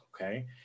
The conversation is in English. okay